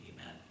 Amen